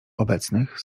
obecnych